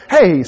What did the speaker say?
Hey